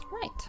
right